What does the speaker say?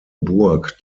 burg